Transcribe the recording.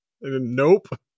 Nope